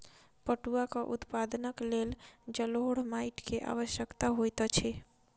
पटुआक उत्पादनक लेल जलोढ़ माइट के आवश्यकता होइत अछि